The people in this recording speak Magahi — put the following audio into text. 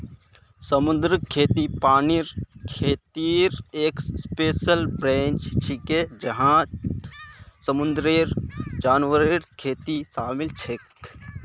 समुद्री खेती पानीर खेतीर एक स्पेशल ब्रांच छिके जहात समुंदरेर जानवरेर खेती शामिल छेक